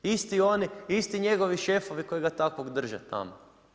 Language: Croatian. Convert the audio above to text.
Isti oni, isti njegovi šefovi koji ga takvog drže tamo.